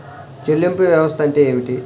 చెల్లింపు వ్యవస్థ అంటే ఏమిటి?